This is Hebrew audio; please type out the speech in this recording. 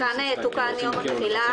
כאן תוקן יום התחילה.